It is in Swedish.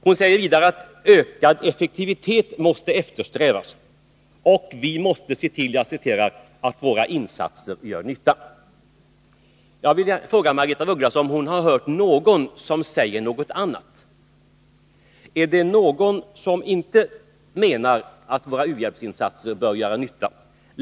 Hon sade vidare att ökad effektivitet måste eftersträvas, och att vi måste se till att våra insatser gör nytta. Jag vill fråga Margaretha af Ugglas om hon har hört någon som säger något annat. Är det någon som inte menar att våra u-hjälpsinsatser bör göra nytta?